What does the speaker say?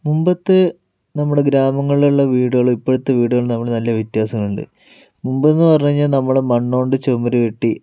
മുമ്പത്തെ നമ്മുടെ ഗ്രാമങ്ങളിൽ ഉള്ള വീടുകൾ ഇപ്പോഴത്തെ വീടുകളും തമ്മിൽ നല്ല വ്യത്യാസങ്ങളുണ്ട് മുൻപ് എന്ന് പറഞ്ഞ്കഴിഞ്ഞാൽ നമ്മുടെ മണ്ണുകൊണ്ട് ചുമര്കെട്ടി